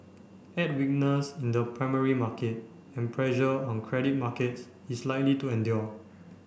add weakness in the primary market and pressure on credit markets is likely to endure